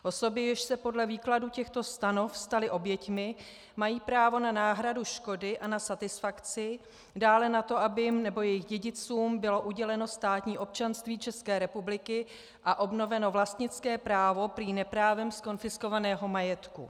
Osoby, jež se podle výkladu těchto stanov staly oběťmi, mají právo na náhradu škody a na satisfakci, dále na to, aby jim nebo jejich dědicům bylo uděleno státní občanství České republiky a obnoveno vlastnické právo prý neprávem zkonfiskovaného majetku.